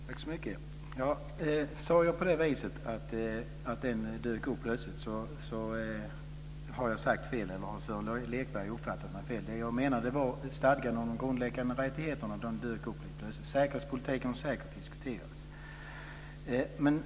Herr talman! Sade jag på det viset att det bara plötsligt dök upp har jag sagt fel, eller också har Sören Lekberg uppfattat mig fel. Det jag menade var stadgan om de grundläggande rättigheterna. Den dök upp helt plötsligt. Säkerhetspolitiken har diskuterats.